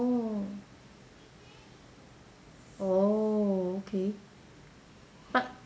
oh oh okay but